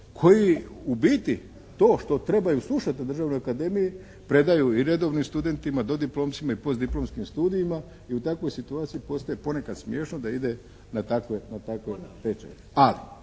koji u biti to što trebaju slušati na državnoj akademiji predaju i redovnim studentima, dodiplomcima i postdiplomskim studijima i u takvoj situaciji postaje ponekad smiješno da ide na takve tečajeve.